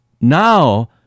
now